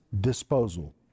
disposal